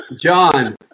John